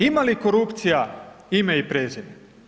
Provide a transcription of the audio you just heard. Ima li korupcija ime i prezime?